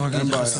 אין בעיה.